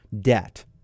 debt